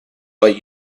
but